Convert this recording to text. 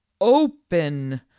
Open